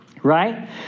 Right